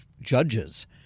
judges